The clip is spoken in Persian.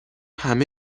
همه